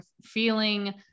feeling